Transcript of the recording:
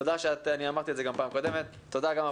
תודה שאת מגיעה לכאן.